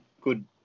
good